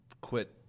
quit